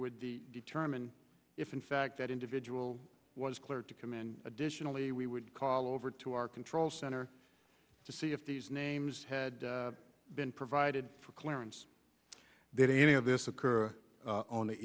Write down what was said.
would determine if in fact that individual was cleared to command additionally we would call over to our control center to see if these names had been provided for clearance did any of this occur on the